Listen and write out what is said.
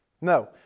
No